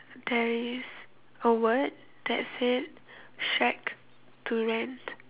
there is a word that said shack to rent